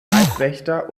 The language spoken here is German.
leibwächter